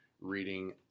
reading